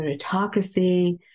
meritocracy